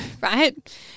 right